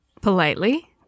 politely